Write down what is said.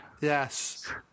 Yes